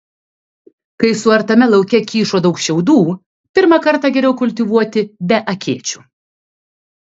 kai suartame lauke kyšo daug šiaudų pirmą kartą geriau kultivuoti be akėčių